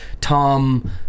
Tom